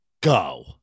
go